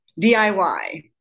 DIY